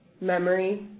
memory